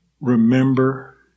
remember